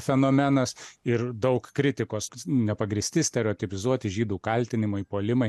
fenomenas ir daug kritikos nepagrįsti stereotipizuoti žydų kaltinimai puolimai